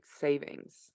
savings